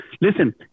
listen